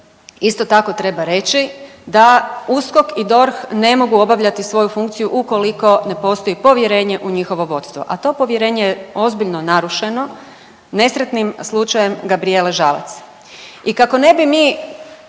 isto tako treba reći da USKOK i DORH ne mogu obavljati svoju funkciju ukoliko ne postoji povjerenje u njihovo vodstvo, a to povjerenje je ozbiljno narušeno nesretnim slučajem Gabrijele Žalac. I kako ne bi mi,